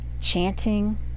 chanting